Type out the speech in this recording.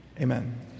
Amen